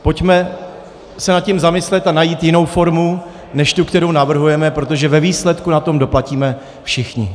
Pojďme se nad tím zamyslet a najít jinou formu než tu, kterou navrhujeme, protože ve výsledku na to doplatíme všichni.